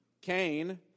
Cain